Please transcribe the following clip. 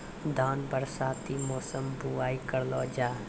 धान बरसाती मौसम बुवाई करलो जा?